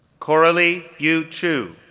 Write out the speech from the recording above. coralie yu chu,